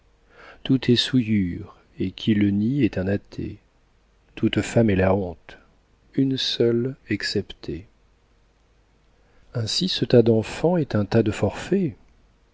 tout est souillure et qui le nie est un athée toute femme est la honte une seule exceptée ainsi ce tas d'enfants est un tas de forfaits